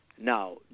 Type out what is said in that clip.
Now